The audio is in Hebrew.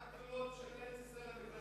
מה הגבולות של ארץ-ישראל המקראית?